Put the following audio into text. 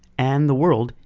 and the world,